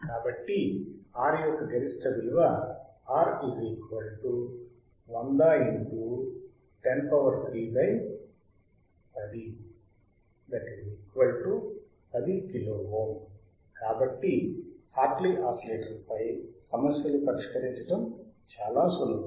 కాబట్టి R యొక్క గరిష్ట విలువ కాబట్టి హార్ట్లీ ఆసిలేటర్ పై సమస్యలను పరిష్కరించడం చాలా సులభం